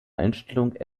einstellung